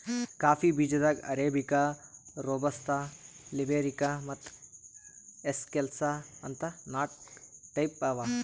coffee ಬೀಜಾದಾಗ್ arabica, robusta, liberica ಮತ್ತ್ excelsa ಅಂತ್ ನಾಕ್ ಟೈಪ್ ಅವಾ